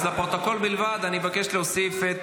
אז לפרוטוקול בלבד, אני מבקש להוסיף את